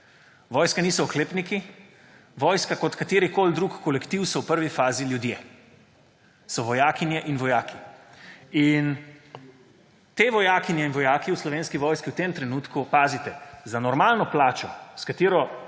Vojska niso oklepniki. Vojska kot katerikoli drug kolektiv so v prvi fazi ljudje, so vojakinje in vojaki. In te vojakinje in vojaki v Slovenski vojski v tem trenutku, pazite, za normalno plačo, s katero